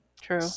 True